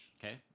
Okay